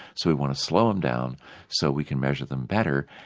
so we want to slow them down so we can measure them better.